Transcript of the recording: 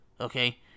okay